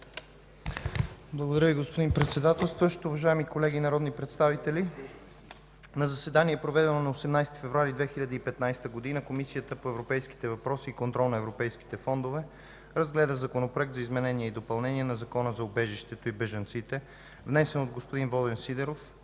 Благодаря Ви, господин Председателстващ.